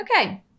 okay